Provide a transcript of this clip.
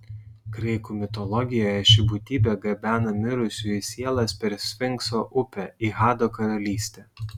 graikų mitologijoje ši būtybė gabena mirusiųjų sielas per sfinkso upę į hado karalystę